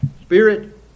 Spirit